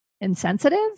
insensitive